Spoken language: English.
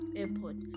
airport